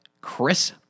Chris